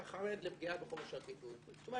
אתה חרד לפגיעה בחופש הביטוי זאת אומרת,